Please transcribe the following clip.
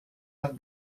hat